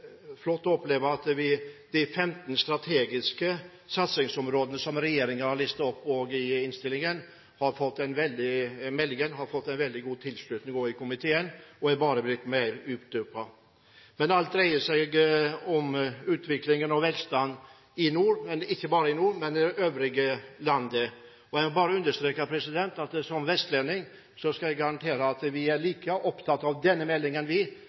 flott å oppleve at de 15 strategiske satsingsområdene som regjeringen har listet opp i meldingen, har fått en veldig god tilslutning også i komiteen og har bare blitt mer utdypet. Alt dreier seg ikke bare om utviklingen og velstanden i nord, men også landet for øvrig. Jeg vil bare understreke at som vestlending skal jeg garantere at vi er like opptatt av denne meldingen